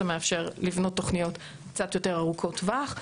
זה מאפשר לבנות תוכניות קצת יותר ארוכות טווח,